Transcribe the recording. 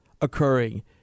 occurring